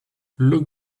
look